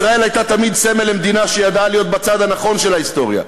ישראל הייתה תמיד סמל למדינה שידעה להיות בצד הנכון של ההיסטוריה,